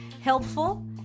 helpful